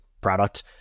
product